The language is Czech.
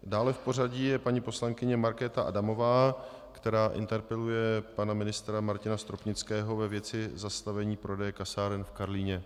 Dále v pořadí je paní poslankyně Markéta Adamová, která interpeluje pana ministra Martina Stropnického ve věci zastavení prodeje kasáren v Karlíně.